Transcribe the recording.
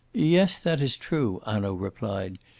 yes, that is true, hanaud replied.